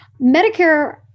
Medicare